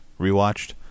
rewatched